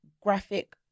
graphic